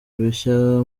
bishya